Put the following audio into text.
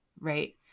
right